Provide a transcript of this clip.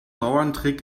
bauerntrick